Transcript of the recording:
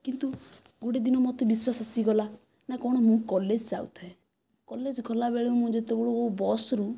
କିନ୍ତୁ ଗୋଟିଏ ଦିନ ମୋତେ ବିଶ୍ଵାସ ଆସିଗଲା ନା କଣ ମୁଁ କଲେଜ ଯାଉଥାଏ କଲେଜ ଗଲାବେଳେ ମୁଁ ଯେତେବେଳେ ମୁଁ ବସ୍ରୁ